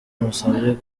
musabye